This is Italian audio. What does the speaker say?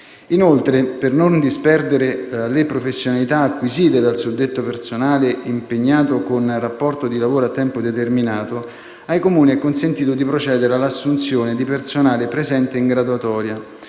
Inoltre, per non disperdere le professionalità acquisite dal suddetto personale impegnato con rapporto di lavoro a tempo determinato, ai Comuni è consentito di procedere all'assunzione di personale presente in graduatoria,